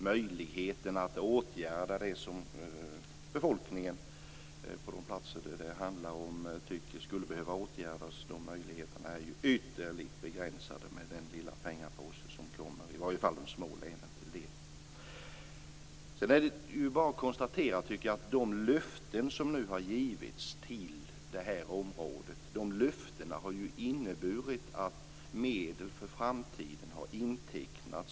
Möjligheterna att åtgärda det som befolkningen på de platser det handlar om tycker skulle behöva åtgärdas är ju ytterligt begränsade med den lilla pengapåse som kommer i varje fall de små länen till del. Sedan är det ju bara att konstatera, tycker jag, att de löften som nu har givits till det här området har inneburit att medel för framtiden har intecknats.